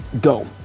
go